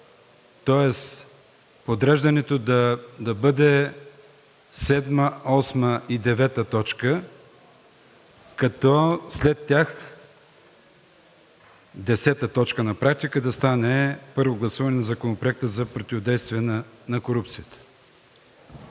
Тоест подреждането да бъде т. 7, 8 и 9, като след тях т. 10 на практика да стане: „Първо гласуване на Законопроекта за противодействие на корупцията.“